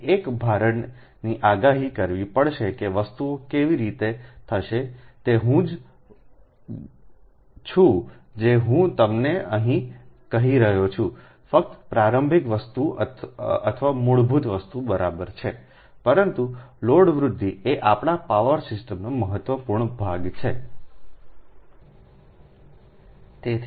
તેથી એક ભારણની આગાહી કરવી પડશે કે વસ્તુઓ કેવી રીતે થશે તે હું જ છું જે હું તમને અહીં કહી રહ્યો છું ફક્ત પ્રારંભિક વસ્તુ અથવા મૂળભૂત વસ્તુ બરાબર છે પરંતુ લોડ વૃદ્ધિ એ આપણા પાવર સિસ્ટમનો મહત્વપૂર્ણ ભાગ છે બરાબર